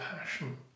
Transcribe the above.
passion